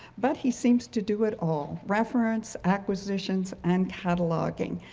but he seems to do it all reference, acquisitions, and cataloging.